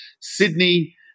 Sydney